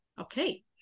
Okay